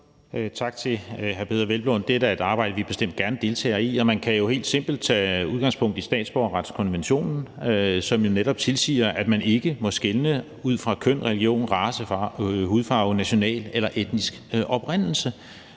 Tak til hr. Peder Hvelplund. Det er da et arbejde, vi bestemt gerne deltager i, og man kan jo helt simpelt tage udgangspunkt i statsborgerretskonventionen, som jo netop tilsiger, at man ikke må skelne ud fra køn, religion, race, hudfarve, national eller etnisk oprindelse,